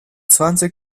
zwanzig